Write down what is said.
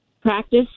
practice